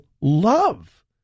love